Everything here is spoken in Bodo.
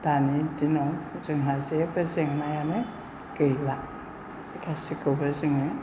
दानि दिनाव जोंहा जेबो जेंनायानो गैला गासिखौबो जोङो